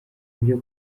byo